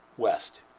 west